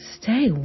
stay